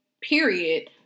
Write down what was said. period